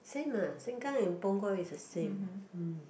same ah Sengkang and Punggol is the same hmm